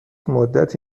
مدتی